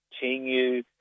continue